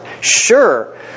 Sure